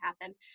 happen